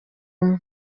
umwe